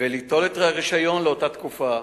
וליטול את הרשיון לאותה תקופה